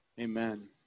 amen